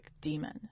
demon